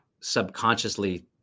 subconsciously